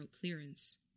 clearance